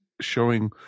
showing